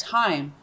time